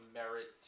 merit